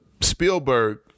Spielberg